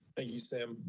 you, sam.